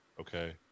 okay